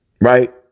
Right